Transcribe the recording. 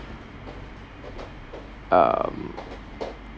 um